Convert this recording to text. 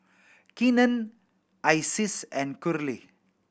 Keenen Isis and Curley